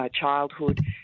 childhood